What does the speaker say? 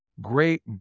great